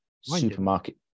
supermarket